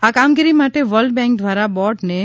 આ કામગીરી માટે વર્લ્ડ બેંક દ્વારા બોર્ડને રૂ